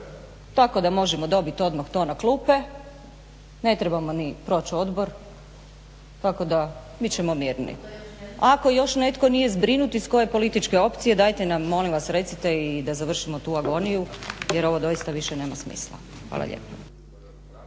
tako da možemo odmah dobit to na klupe. Ne trebamo ni proći odbor tako da bit ćemo mirni. Ako još netko nije zbrinut iz koje političke opcije dajte nam molim vas recite i završimo tu agoniju jer ovo doista više nema smisla. Hvala lijepa.